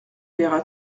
verra